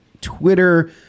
Twitter